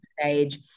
stage